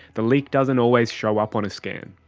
the leak doesn't always show up on a scan.